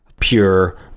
pure